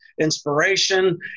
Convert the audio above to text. inspiration